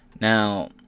Now